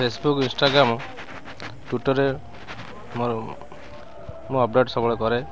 Facebook Instagram ଟୁଇଟର୍ରେ ମୋର ମୁଁ ଅପଡ଼େଟ୍ ସବୁବେଳେ କରେ